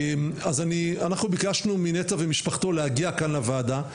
אז אנחנו ביקשנו מנטע ומשפחתו להגיע כאן לוועדה,